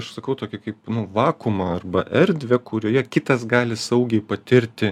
aš sakau tokį kaip vakuumą arba erdvę kurioje kitas gali saugiai patirti